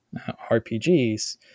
RPGs